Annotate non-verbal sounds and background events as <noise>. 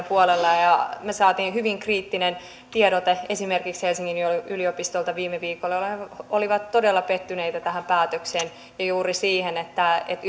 <unintelligible> puolella me saimme hyvin kriittisen tiedotteen esimerkiksi helsingin yliopistolta viime viikolla he olivat todella pettyneitä tähän päätökseen ja juuri siihen että että <unintelligible>